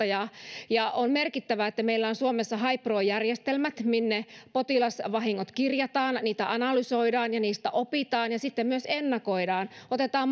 ja ja on merkittävää että meillä on suomessa haipro järjestelmät minne potilasvahingot kirjataan niitä analysoidaan ja niistä opitaan ja niitä sitten myös ennakoidaan otetaan